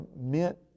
meant